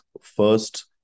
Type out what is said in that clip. first